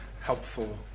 helpful